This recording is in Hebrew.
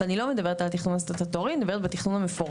ואני לא מדברת על המבנה הסטטוטורי כרגע אלא על התכנון המפורט,